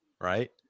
right